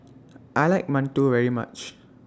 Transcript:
I like mantou very much